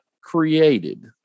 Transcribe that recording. created